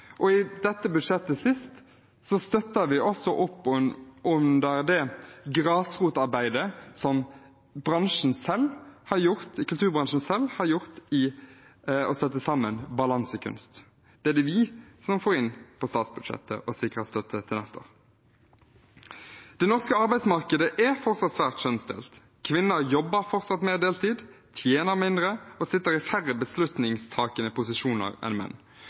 Stortinget. I dette siste budsjettet støtter vi også opp under det grasrotarbeidet som kulturbransjen selv har gjort, å sette sammen Balansekunst. Det er det vi som får inn på statsbudsjettet og sikrer støtte til neste år. Det norske arbeidsmarkedet er fortsatt svært kjønnsdelt. Kvinner jobber fortsatt mer deltid, tjener mindre og sitter i færre beslutningstakende posisjoner enn menn.